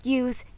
use